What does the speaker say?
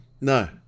No